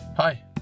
Hi